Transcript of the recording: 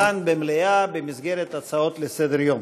כאן, במליאה, במסגרת הצעות לסדר-היום